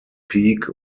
peak